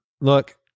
look